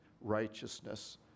righteousness